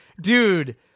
Dude